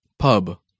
Pub